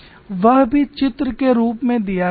वह भी चित्र के रूप में दिया गया है